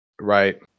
Right